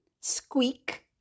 squeak